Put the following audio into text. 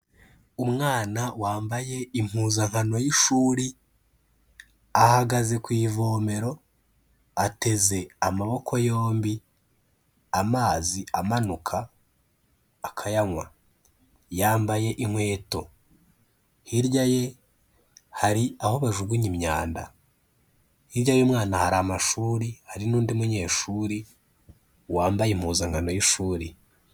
Umwana wambaye impuzankano y'ishuri, ahagaze ku ivomero ateze amaboko yombi, amazi amanuka akayanywa. Yambaye inkweto, hirya ye hari aho bajugunya imyanda. Hirya y'umwana hari amashuri, hari n'undi munyeshuri wambaye impuzankano y'ishuri.